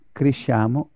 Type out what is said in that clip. cresciamo